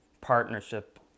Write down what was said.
partnership